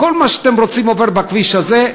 כל מה שאתם רוצים עובר בכביש הזה.